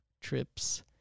trips